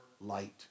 light